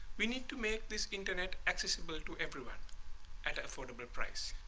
we need to make this internet accessible to everyone at affordable price.